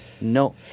No